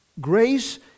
Grace